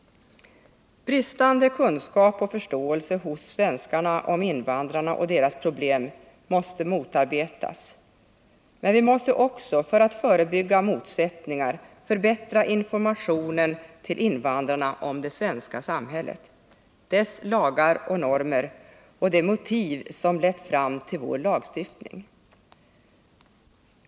Bristande kunskap och förståelse hos svenskarna om invandrarna och deras problem måste åtgärdas, men vi måste också för att förebygga motsättningar förbättra informationen till invandrarna om det svenska samhället, dess lagar och normer och de motiv som lett fram till vår lagstiftning.